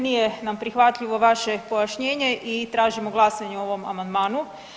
Nije nam prihvatljivo vaše pojašnjenje i tražimo glasanje o ovom amandmanu.